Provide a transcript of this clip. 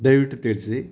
ದಯವಿಟ್ಟು ತಿಳಿಸಿ